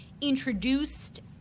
introduced